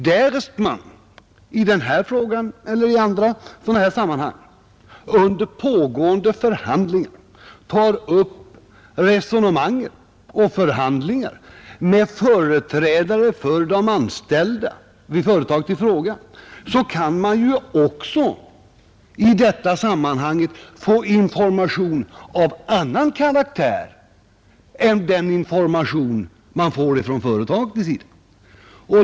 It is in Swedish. Därest man, i denna fråga eller i andra sådana här sammanhang, under pågående förhandlingar tar upp resonemang med företrädare för de anställda vid företaget kanske man kan få information av annan karaktär än den som företagsledningen lämnar.